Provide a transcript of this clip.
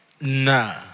Nah